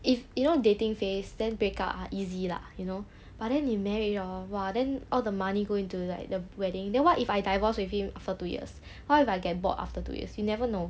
if you know dating phase then break ah easy lah you know but then 你 married hor !wah! then all the money go into like the wedding then what if I divorce with him for two years what if I get bored after two years you never know